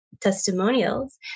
testimonials